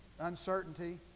uncertainty